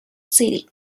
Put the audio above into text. city